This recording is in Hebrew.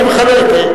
אני מחלק.